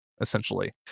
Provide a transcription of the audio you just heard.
essentially